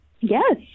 Yes